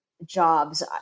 Jobs